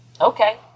Okay